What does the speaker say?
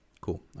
Cool